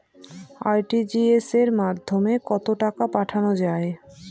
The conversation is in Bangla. আর.টি.জি.এস এর মাধ্যমে কত টাকা পাঠানো যায়?